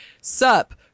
sup